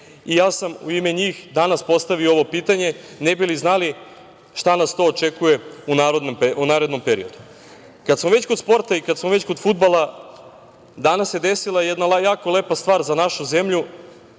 i ja sam u ime njih danas postavio ovo pitanje, ne bi li znali šta nas to očekuje u narednom periodu. Kad smo već kod sporta i kad smo već kod fudbala, danas se desila jedna jako lepa stvar za našu zemlju.